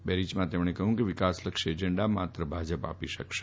બહેરીયમાં તેમણે કહ્યું કે વિકાસલક્ષી એજન્ડા માત્ર ભાજપ જ આપી શકશે